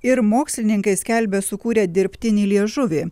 ir mokslininkai skelbia sukūrę dirbtinį liežuvį